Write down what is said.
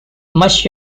much